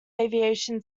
aviation